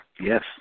Yes